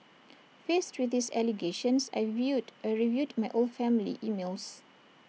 faced with these allegations I viewed I reviewed my old family emails